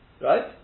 Right